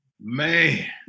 Man